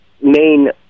main